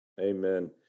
Amen